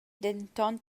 denton